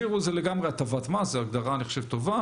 זה לגמרי הטבת מס, זאת הגדרה טובה.